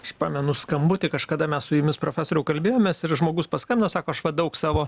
aš pamenu skambutį kažkada mes su jumis profesoriau kalbėjomės ir žmogus paskambino sako aš va daug savo